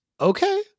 Okay